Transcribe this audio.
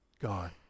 Gone